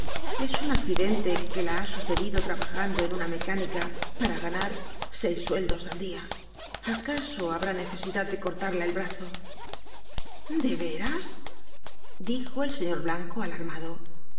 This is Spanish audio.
es un accidente que la ha sucedido trabajando en una mecánica para ganar seis sueldos al dia acaso habrá necesidad de cortarla el brazo de veras dijo el señor blanco alarmado